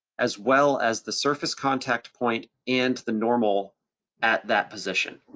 as well as the surface contact point, and the normal at that position.